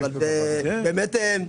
אבל אנחנו לא מדברים כאן על העלאה,